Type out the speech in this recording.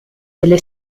delle